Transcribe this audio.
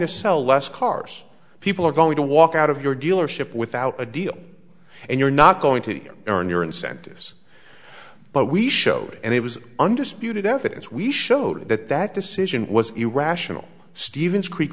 to sell less cars people are going to walk out of your dealership without a deal and you're not going to earn your incentives but we showed it and it was undisputed evidence we showed that that decision was irrational stevens creek